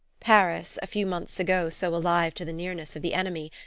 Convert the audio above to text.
paris, a few months ago so alive to the nearness of the enemy,